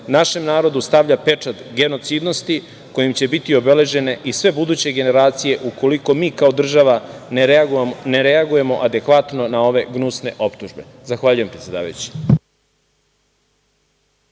našem narodu stavlja pečat genocidnosti, kojim će biti obeležene i sve buduće generacije ukoliko mi kao država ne reagujemo adekvatno na ove gnusne optužbe. Zahvaljujem, predsedavajući.